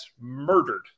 murdered